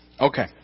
Okay